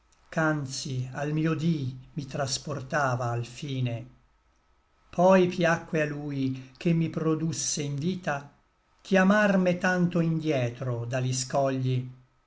ch'anzi al mio dí mi trasportava al fine poi piacque a lui che mi produsse in vita chiamarme tanto indietro da li scogli